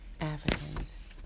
Africans